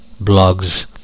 Blogs